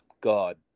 God